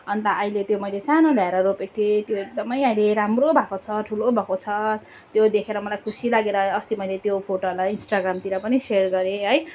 अन्त अहिले मैले त्यो सानो ल्याएर रोपेको थिएँ त्यो एकदमै अहिले राम्रो भएको छ ठुलो भएको छ त्यो देखेर मलाई खुसी लागेर अस्ति मैले त्यो फोटोहरूलाई इन्स्ट्राग्रामतिर पनि सेयर गरेँ है